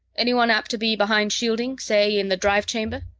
anyone apt to be behind shielding say, in the drive chamber?